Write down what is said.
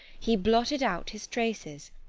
he blotted out his traces,